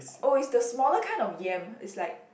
oh is the smaller kind of yam it's like